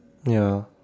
ya